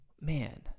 man